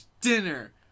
dinner